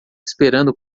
esperando